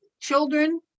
children